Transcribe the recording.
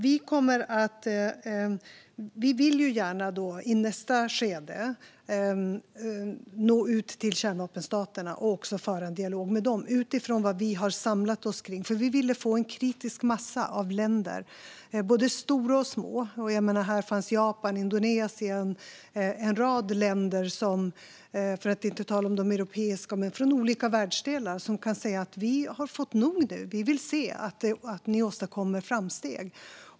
Vi vill gärna i nästa skede nå ut till kärnvapenstaterna och också föra en dialog med dem utifrån vad vi har samlat oss kring. Vi ville få en kritisk massa av länder, både stora och små. Här finns nu en rad länder - Japan och Indonesien, för att inte tala om de europeiska länderna - från olika världsdelar som kan säga: Vi har fått nog nu; vi vill se att ni åstadkommer framsteg.